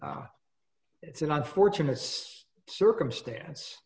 and it's an unfortunate circumstance